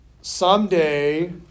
someday